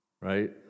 right